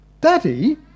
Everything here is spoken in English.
daddy